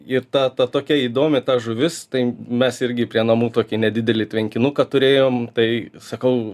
ir ta ta tokia įdomi ta žuvis tai mes irgi prie namų tokį nedidelį tvenkinuką turėjom tai sakau